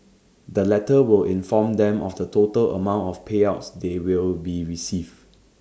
the letter will inform them of the total amount of payouts they will be receive